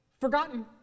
forgotten